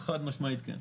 חד משמעית, כן.